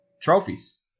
Trophies